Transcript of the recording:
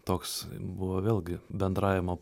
toks buvo vėlgi bendravimo